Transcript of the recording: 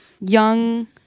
young